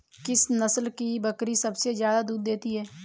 किस नस्ल की बकरी सबसे ज्यादा दूध देती है?